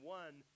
one